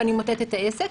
אני אמוטט את העסק.